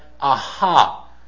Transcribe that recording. Aha